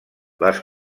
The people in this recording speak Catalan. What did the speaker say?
les